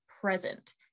present